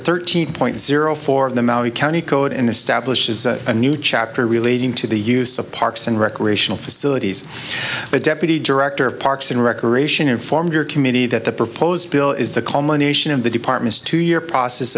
thirteen point zero four of the maori county code and establishes a new chapter relating to the use of parks and recreational facilities but deputy director of parks and recreation informed your committee that the proposed bill is the culmination of the department's two year process